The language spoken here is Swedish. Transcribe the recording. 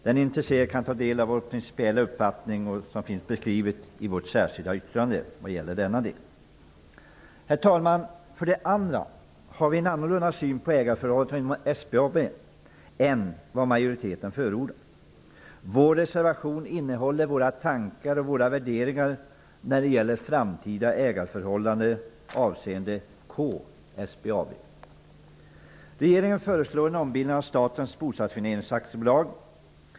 Den som är intresserad kan ta del av vår principiella uppfattning, som finns beskriven i vårt särskilda yttrande i denna del. Herr talman! För det andra har vi socialdemokrater en annorlunda syn på ägarförhållandet inom SBAB än vad utskottsmajoriteten förordar. Socialdemokraternas reservation åskådliggör våra tankar och värderingar när det gäller framtida ägarförhållanden avseende K-SBAB. Bostadsfinansieringsaktiebolag.